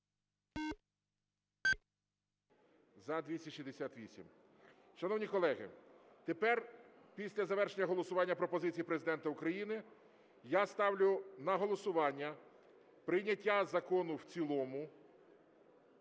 За-268 Шановні колеги, тепер, після завершення голосування пропозицій Президента України, я ставлю на голосування прийняття закону в цілому.